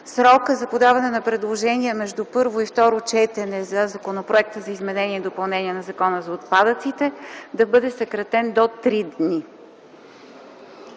срокът за подаване на предложения между първо и второ четене по Законопроекта за изменение и допълнение на Закона за отпадъците да бъде съкратен до три дни.